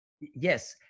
Yes